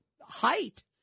height